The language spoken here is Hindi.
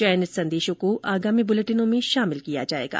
चयनित संदेशों को आगामी बुलेटिनों में शामिल किया जाएगा